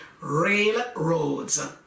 railroads